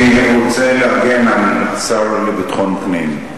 אני רוצה להגן על השר לביטחון פנים.